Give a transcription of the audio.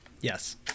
Yes